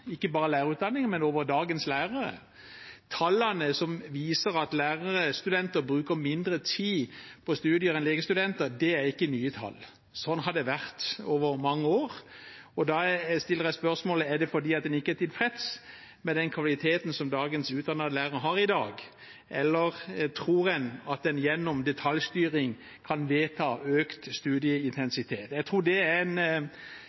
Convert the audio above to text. ikke bare over lærerutdanningen, men over dagens lærere. Tallene som viser at lærerstudenter bruker mindre tid på studier enn legestudenter, er ikke nye tall. Sånn har det vært over mange år. Da stiller jeg spørsmålet: Er det fordi en ikke er tilfreds med den kvaliteten som utdannede lærere har i dag, eller tror en at en gjennom detaljstyring kan vedta økt studieintensitet? Jeg tror det viser en